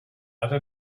erde